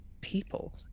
people